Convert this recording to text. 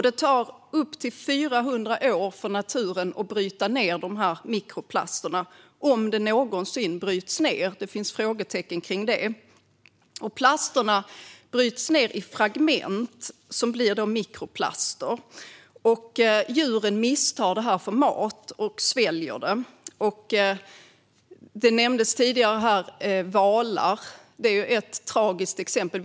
Det tar upp till 400 år för naturen att bryta ned de här mikroplasterna - om de någonsin bryts ned; det finns frågetecken kring det. Plasterna bryts ned i fragment som blir mikroplaster. Djuren misstar det här för mat och sväljer det. Valar nämndes här tidigare, och det är ett tragiskt exempel.